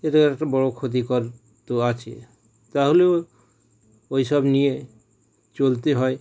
এটার একটা বড় ক্ষতিকর তো আছে তাহলেও ওই সব নিয়ে চলতে হয়